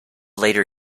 later